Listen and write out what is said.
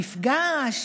מפגש,